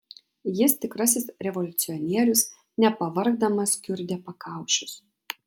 jis tikrasis revoliucionierius nepavargdamas kiurdė pakaušius